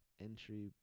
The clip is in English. entry